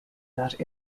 that